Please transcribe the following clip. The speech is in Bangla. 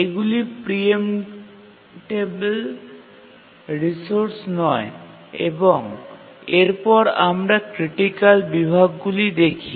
এগুলি প্রি এমটেবিল রিসোর্স নয় এবং এরপর আমরা ক্রিটিকাল বিভাগগুলি দেখি